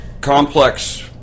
Complex